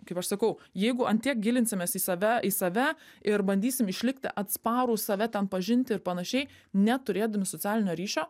kaip aš sakau jeigu ant tiek gilinsimės į save į save ir bandysim išlikti atsparūs save tam pažinti panašiai neturėdami socialinio ryšio